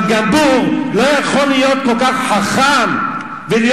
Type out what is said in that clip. אבל גם בור לא יכול להיות כל כך חכם ולהיות